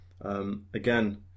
Again